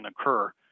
occur